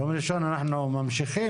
יום ראשון אנחנו ממשיכים,